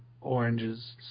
oranges